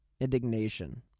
indignation